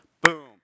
Boom